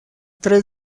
tres